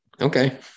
Okay